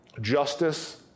justice